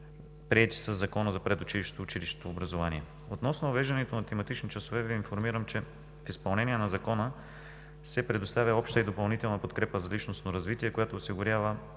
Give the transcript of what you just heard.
приети със Закона за предучилищното и училищното образование. Относно уреждането на тематични часове Ви информирам, че в изпълнение на закона се предоставя обща и допълнителна подкрепа за личностно развитие, което осигурява